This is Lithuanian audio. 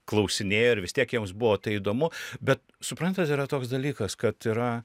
klausinėjo ir vis tiek jiems buvo tai įdomu bet suprantat yra toks dalykas kad yra